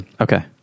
Okay